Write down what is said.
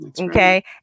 Okay